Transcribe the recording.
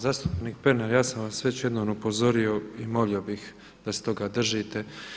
Zastupnik Pernar ja sam vas već jednom upozorio i molio bih da se toga držite.